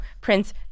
Prince